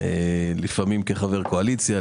לפעמים כחבר קואליציה,